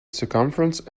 circumference